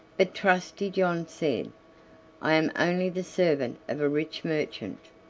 but trusty john said i am only the servant of a rich merchant,